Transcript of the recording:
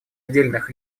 отдельных